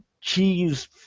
cheese